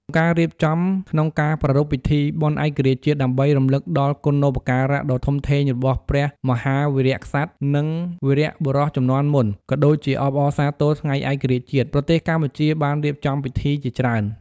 ការរៀបចំក្នុងការប្រារព្ធពិធីបុណ្យឯករាជ្យជាតិដើម្បីរំលឹកដល់គុណូបការៈដ៏ធំធេងរបស់ព្រះមហាវីរក្សត្រ និងវីរបុរសជំនាន់មុន ក៏ដូចជាអបអរសាទរថ្ងៃឯករាជ្យជាតិ ប្រទេសកម្ពុជាបានរៀបចំពិធីជាច្រើន។